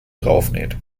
draufnäht